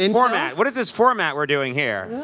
and format. what is this format we're doing here?